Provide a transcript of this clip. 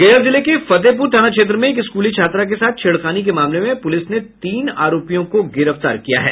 गया जिले के फतेहपुर थाना क्षेत्र में एक स्कूली छात्रा के साथ छेड़खानी के मामले में पुलिस ने तीन आरोपियों को गिरफ्तार किया है